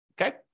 okay